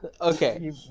Okay